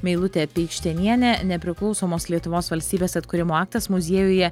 meilutė peikštenienė nepriklausomos lietuvos valstybės atkūrimo aktas muziejuje